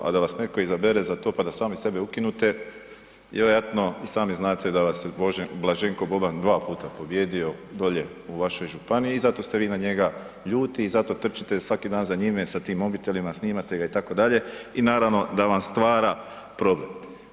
A da vas neko izabere za to pa da sami sebe ukinete, vjerojatno i sami znate da vas je Blaženko Boban dva puta pobijedio dolje u vašoj županiji zato ste vi na njega ljuti i zato trčite svaki dan za njime sa tim mobitelima, snimatelja itd. i naravno da vam stvara problem.